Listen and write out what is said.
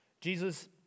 Jesus